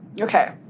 Okay